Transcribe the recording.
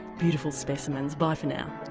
beautiful specimens. bye for now